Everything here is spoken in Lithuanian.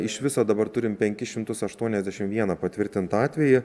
iš viso dabar turim penkis šimtus aštuoniasdešimt vieną patvirtintą atvejį